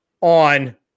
on